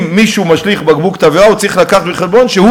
אם מישהו משליך בקבוק תבערה הוא צריך להביא בחשבון שהוא